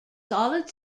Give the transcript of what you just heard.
solid